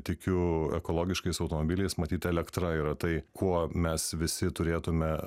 tikiu ekologiškais automobiliais matyt elektra yra tai kuo mes visi turėtume